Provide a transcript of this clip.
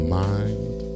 mind